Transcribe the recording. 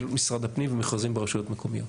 לפעילות משרד הפנים ומכרזים ברשויות מקומיות.